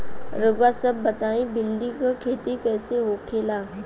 रउआ सभ बताई भिंडी क खेती कईसे होखेला?